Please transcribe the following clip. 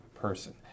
person